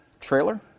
Trailer